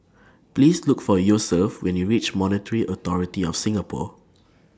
Please Look For Yosef when YOU REACH Monetary Authority of Singapore